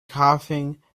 coughing